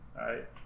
right